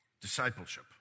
discipleship